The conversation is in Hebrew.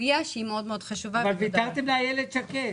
הרשות פרסמה שבסך הכל הולכים להעלות את המחיר בארבעה שקלים